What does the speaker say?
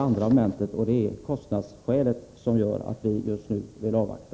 Även kostnadsskälet gör att vi just nu vill avvakta.